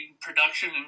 production